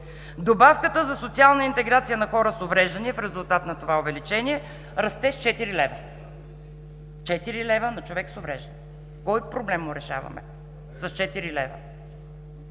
добавката за социална интеграция на хора с увреждания, в резултат на това увеличение, расте с 4 лв. Четири лева на човек с увреждане. Кой проблем му решаваме с 4 лв.?